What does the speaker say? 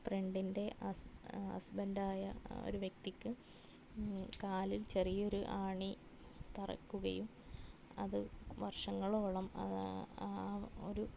ഫ്രണ്ടിൻ്റെ ഹസ് ഹസ്ബൻറ്റായ ഒരു വ്യക്തിക്ക് കാലിൽ ചെറിയൊരു ആണി തറക്കുകയും അത് വർഷങ്ങളോളം ആ ഒരു